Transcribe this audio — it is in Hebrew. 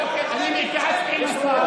אני התייעצתי עם השר,